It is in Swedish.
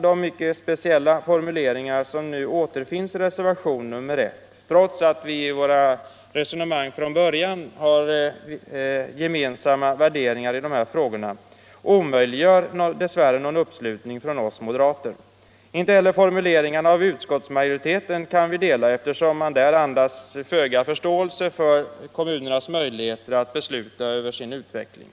De mycket speciella formuleringar som återfinns i reservationen 1 omöjliggör, trots att vi i våra resonemang från början hade gemensamma värderingar i dessa frågor, någon uppslutning från oss moderater. Inte heller utskottsmajoritetens formuleringar kan vi dela, eftersom dessa andas föga förståelse för kommunernas möjligheter att besluta över sin utveckling.